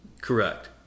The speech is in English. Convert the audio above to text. Correct